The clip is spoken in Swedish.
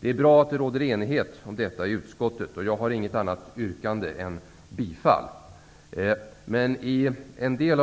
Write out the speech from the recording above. Det är bra att det råder enighet om detta i utskottet. Jag har inget annat yrkande än om bifall till utskottets hemställan.